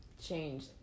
change